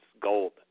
gold